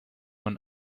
man